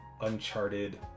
uncharted